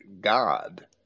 God